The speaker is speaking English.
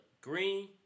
Green